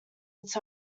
its